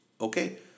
okay